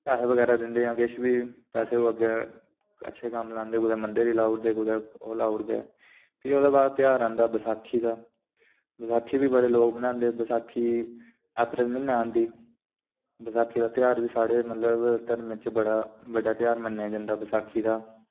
ते लोक उनें गी पैहे बगैरा दिंदे फ्ही उ'ऐ कुतै अच्छे कम्म लाई ओड़दे मंदर बगैरा लाई ओड़दे फ्ही ओह्दे बाद ध्यार औंदा बैसाखी दा